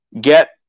get